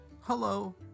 Hello